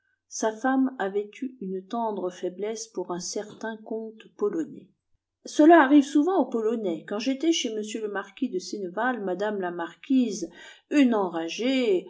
sa femme avait eu une tendre faiblesse pour un certain comte polonais cela arrive souvent aux polonais quand j'étais chez m le marquis de senneval mme la marquise une enragée